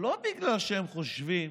לא בגלל שהם חושבים